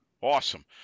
Awesome